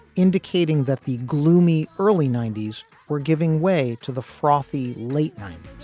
indicating that the gloomy early ninety s were giving way to the frothy late ninety